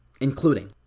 including